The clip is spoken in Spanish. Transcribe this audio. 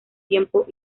tiempo